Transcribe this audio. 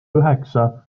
üheksa